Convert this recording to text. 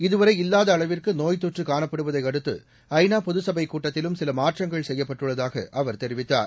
இதுவரை இல்லாதஅளவிற்குநோய்த் தொற்றுகாணப்படுவதையடுத்து ஐ நா பொதுசபைக் கூட்டத்திலும் சிலமாற்றங்கள் செய்யப்பட்டுள்ளதாக அவர் தெரிவித்துள்ளார்